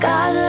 God